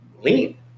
lean